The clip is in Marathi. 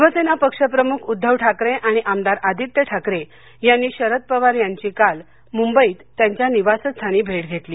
शिवसेना पक्षप्रमुख उद्धव ठाकरे आणि आमदार आदित्य ठाकरे यांनी शरद पवार यांची काल मुंबईत त्यांच्या निवासस्थानी भेट घेतली